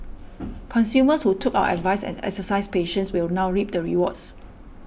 consumers who took our advice and exercised patience will now reap the rewards